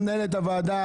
כבודה של מנהלת הוועדה,